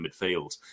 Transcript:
midfield